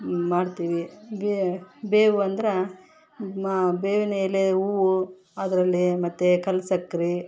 ಮಾಡ್ತೀವಿ ಬೇವು ಅಂದ್ರೆ ಮಾ ಬೇವಿನ ಎಲೆ ಹೂವು ಅದರಲ್ಲಿ ಮತ್ತು ಕಲ್ಸಕ್ರೆ